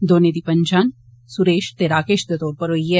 दौने दी पन्छान सुरेष ते राकेष दे तौर उप्पर होई ऐ